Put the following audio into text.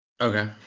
Okay